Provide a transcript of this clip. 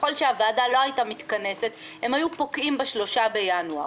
ככל שהוועדה לא הייתה מתכנסת הם היו פוקעים ב-3 בינואר.